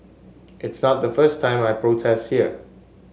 it's not the first time I protest here